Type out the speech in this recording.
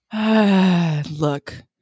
Look